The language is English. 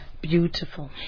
Beautiful